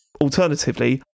alternatively